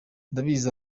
ndabizi